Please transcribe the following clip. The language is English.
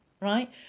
right